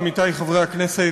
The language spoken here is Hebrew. עמיתי חברי הכנסת,